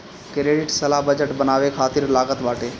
credit सलाह budget बनावे खातिर लागत बाटे